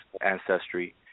ancestry